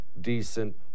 decent